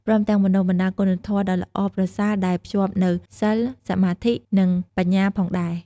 ព្រមទាំងបណ្ដុះបណ្ដាលគុណធម៌ដ៏ល្អប្រសើរដែលភ្ជាប់នូវ សីល សមាធិ និងបញ្ញាផងដែរ។